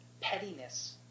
Pettiness